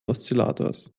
oszillators